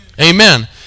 Amen